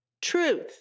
truth